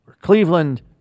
Cleveland